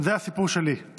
זה הסיפור שלי.